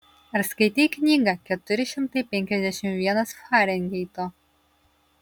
ar skaitei knygą keturi šimtai penkiasdešimt vienas farenheito